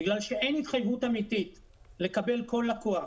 בגלל שאין התחייבות אמיתית לקבל כל לקוח,